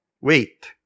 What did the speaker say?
Wait